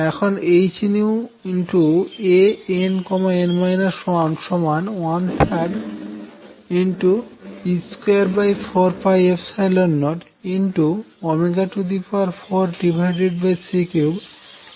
এখন hAnn 1 13e2404C3 nhm